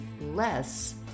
less